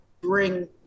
bring